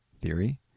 theory